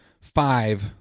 five